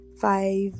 five